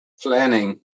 planning